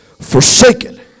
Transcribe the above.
forsaken